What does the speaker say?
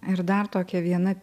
ir dar tokia viena